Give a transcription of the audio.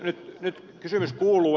nyt kysymys kuuluu